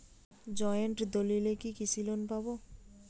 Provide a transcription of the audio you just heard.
Joint দলিলে কি কৃষি লোন পাব?